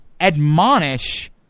admonish